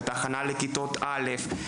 את ההכנה לכיתות א',